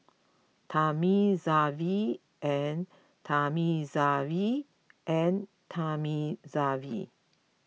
Thamizhavel and Thamizhavel and Thamizhavel